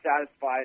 satisfied